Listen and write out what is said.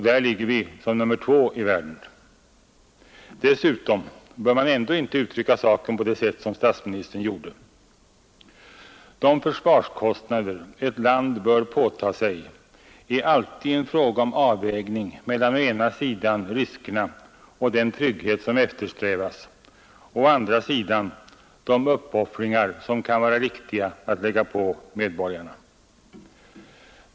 Där ligger vi som nummer två i världen. Dessutom bör man ändå inte uttrycka saken på det sätt som statsministern gjorde. De försvarskostnader ett land bör påtaga sig är alltid en fråga om avvägning mellan å ena sidan riskerna och den trygghet som eftersträvas och å andra sidan de uppoffringar som kan vara rimliga att lägga på medborgarna.